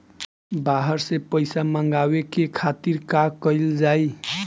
बाहर से पइसा मंगावे के खातिर का कइल जाइ?